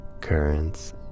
currents